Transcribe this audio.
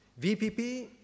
VPP